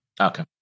Okay